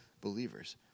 believers